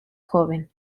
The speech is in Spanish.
joven